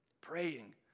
Praying